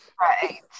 Right